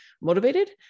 motivated